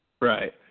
Right